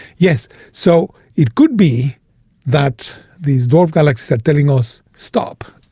yes, so it could be that these dwarf galaxies are telling us, stop,